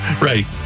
Right